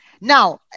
Now